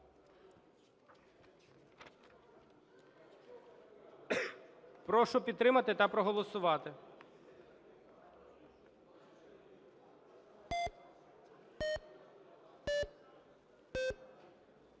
Прошу підтримати та проголосувати.